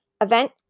event